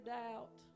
doubt